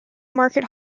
market